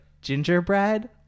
gingerbread